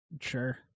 sure